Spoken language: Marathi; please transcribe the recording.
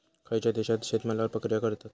खयच्या देशात शेतमालावर प्रक्रिया करतत?